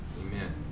Amen